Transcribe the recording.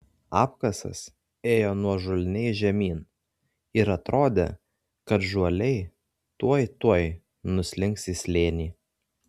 apkasas ėjo nuožulniai žemyn ir atrodė kad žuoliai tuoj tuoj nuslinks į slėnį